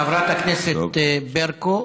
חברת הכנסת ברקו,